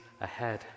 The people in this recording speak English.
ahead